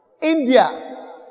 India